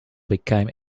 became